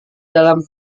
dalam